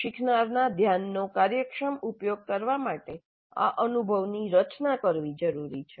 શીખનારના ધ્યાનનો કાર્યક્ષમ ઉપયોગ કરવા માટે આ અનુભવની રચના કરવી જરૂરી છે